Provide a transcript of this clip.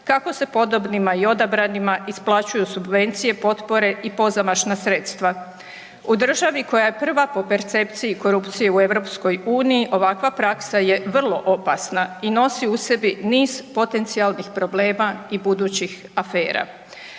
kako se podobnima i odabranima isplaćuju subvencije, potpore i pozamašna sredstva. U državi koja je prva po percepciji korupcije u EU ovakva praksa je vrlo opasna i nosi u sebi niz potencijalnih problema i budućih afera.